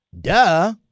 Duh